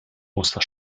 muster